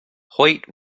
hoyt